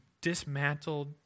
dismantled